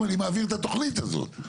אני מעביר את התוכנית הזאת.